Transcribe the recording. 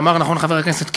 אמר נכון חבר הכנסת קיש,